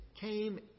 came